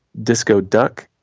disco duck.